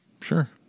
Sure